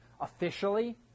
officially